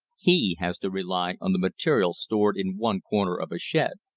he has to rely on the material stored in one corner of a shed.